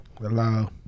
Hello